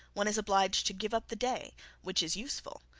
one is obliged to give up the day which is useful,